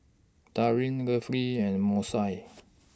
Darin Lovely and Moesha